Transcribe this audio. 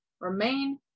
Remain